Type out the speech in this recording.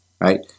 right